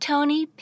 Tony